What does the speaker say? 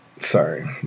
sorry